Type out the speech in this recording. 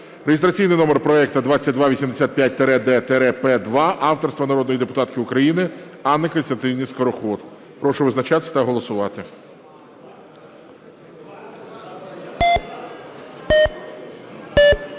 (реєстраційний номер проекту 2285-д-П2), авторства народної депутатки України Анни Костянтинівни Скороход. Прошу визначатись та голосувати.